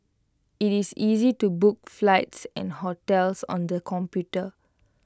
IT is easy to book flights and hotels on the computer